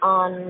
on